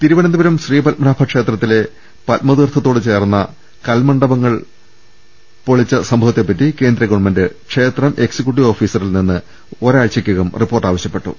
തിരുവനന്തപുരം ശ്രീ പത്മനാഭ ക്ഷേത്രത്തിലെ പത്മ തീർത്ഥത്തോട് ചേർന്ന കൽകണ്ഡപങ്ങൾ പൊളിച്ച സംഭവത്തെപ്പറ്റി കേന്ദ്ര ഗവൺമെന്റ് ക്ഷേത്രം എക്സി ക്യൂട്ടീവ് ഓഫീസറിൽനിന്ന് ഒരാഴ്ചക്കകം റിപ്പോർട്ട് ആവശ്യപ്പെട്ടു